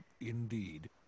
indeed